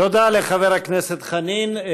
תודה לחבר הכנסת חנין.